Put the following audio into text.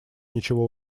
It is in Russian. ничего